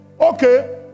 Okay